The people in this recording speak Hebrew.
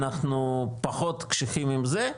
אנחנו פחות קשיחים עם זה.